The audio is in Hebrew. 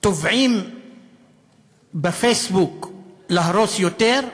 תובעים בפייסבוק להרוס יותר,